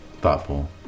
thoughtful